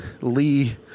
Lee